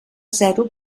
zero